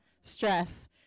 Stress